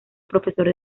profesor